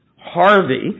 Harvey